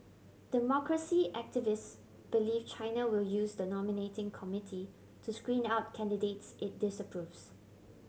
democracy activists believe China will use the nominating committee to screen out candidates it disapproves